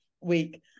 week